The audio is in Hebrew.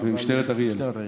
במשטרת אריאל.